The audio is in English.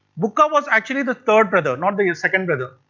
bukka was actually the third brother, not the second brother.